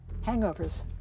hangovers